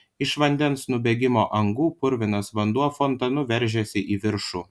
iš vandens nubėgimo angų purvinas vanduo fontanu veržėsi į viršų